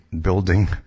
building